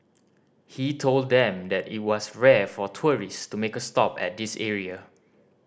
he told them that it was rare for tourist to make a stop at this area